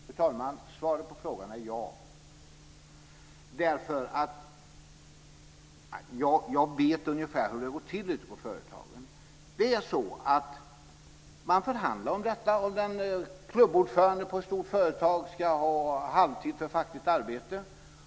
Fru talman! Svaret på frågan är ja, därför att jag vet ungefär hur det går till ute på företagen. Man förhandlar om ifall en klubbordförande på ett stort företag ska få arbeta halvtid med fackligt arbete.